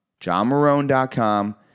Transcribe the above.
johnmarone.com